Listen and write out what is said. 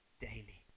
daily